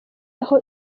aho